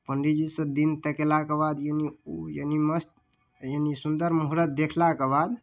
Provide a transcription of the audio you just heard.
पण्डीतजी सॅं दिन तकेलाके बाद यानि यानि मस्त यानि सुन्दर मुहुर्त देखलाके बाद